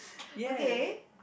okay